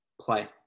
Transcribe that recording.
play